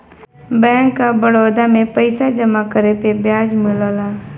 bank of Baroda में पइसा जमा करे पे ब्याज मिलला